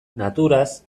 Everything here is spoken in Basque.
naturaz